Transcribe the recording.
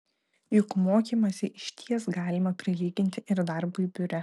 juk mokymąsi išties galima prilyginti ir darbui biure